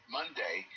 Monday